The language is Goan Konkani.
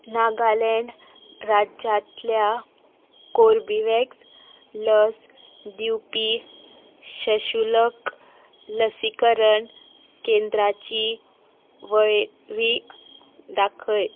नागालँड राज्यांतल्या कोर्बेवॅक्स लस दिवपी सशुल्क लसीकरण केंद्राची वळेरी दाखय